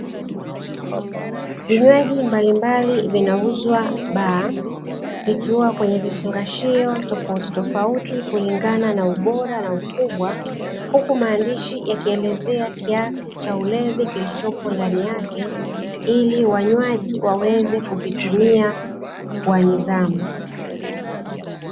Vinywaji mbalimbali vinauzwa baa, vikiwa kwenye vifungashio tofautitofauti kulingana na ubora, na ukubwa, huku maandishi yakielezea kiasi cha ulevi kilichopo ndani yake, ili wanywaji waweze kuvitumia kwa nidhamu.